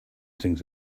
things